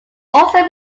also